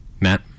Matt